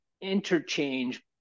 interchange